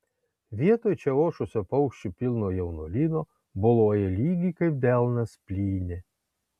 vietoj čia ošusio paukščių pilno jaunuolyno boluoja lygi kaip delnas plynė